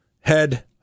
head